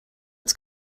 its